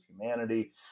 humanity